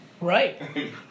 right